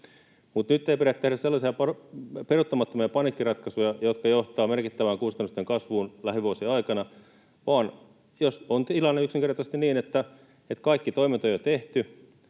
Mutta nyt ei pidä tehdä sellaisia peruuttamattomia paniikkiratkaisuja, jotka johtavat merkittävään kustannusten kasvuun lähivuosien aikana. Jos on tilanne yksinkertaisesti niin, että kaikki toimet on jo tehty,